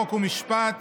חוק ומשפט